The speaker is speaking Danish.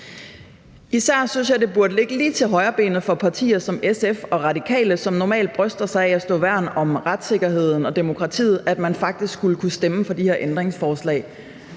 Især synes jeg, at det burde ligge lige til højrebenet for partier som SF og Radikale, som normalt bryster sig af at stå værn om retssikkerheden og demokratiet, at man faktisk skulle kunne stemme for de her ændringsforslag.